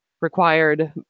required